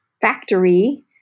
factory